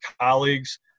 colleagues